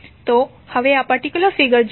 તો હવે આ પર્ટિક્યુલર ફિગર જુઓ